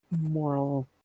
moral